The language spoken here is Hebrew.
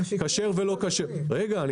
כשר ולא כשר ------ רגע.